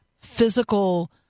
physical